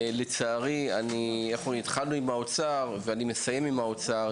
לצערי, התחלנו עם האוצר, ואני מסיים עם האוצר.